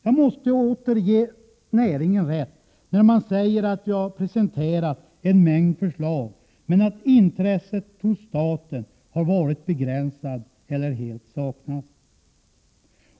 Jag måste åter ge näringen rätt, när den säger att den har presenterat en mängd förslag, men att intresset hos staten har varit begränsat eller helt saknats.